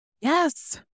Yes